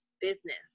business